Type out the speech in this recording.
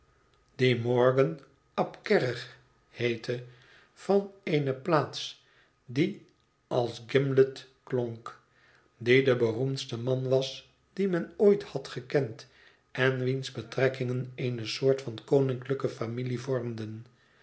die morgan ap kerrig heette van eene plaats die als gimlet klonk die de beroemdste man was dien men ooit had gekend en wiens betrekkingen eene soort van koninklijke familie vormden